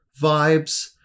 vibes